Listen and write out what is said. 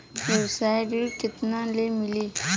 व्यवसाय ऋण केतना ले मिली?